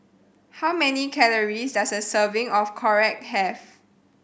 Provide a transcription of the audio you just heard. how many calories does a serving of Korokke have